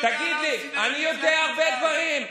אני יודע הרבה דברים,